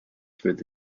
through